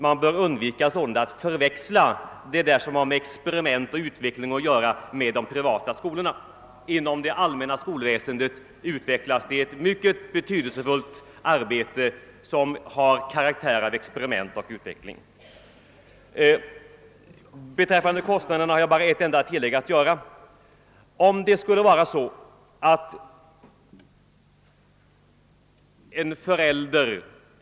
Man bör undvika att sätta likhetstecken mellan det som har med experiment och utveckling att göra och de privata skolorna. Inom det allmänna skolväsendet förekommer det ett mycket betydelsefullt arbete, som har karaktär av experiment och utveckling. Beträffande kostnaderna skall jag slutligen bara göra ett enda tillägg.